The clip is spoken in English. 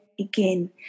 again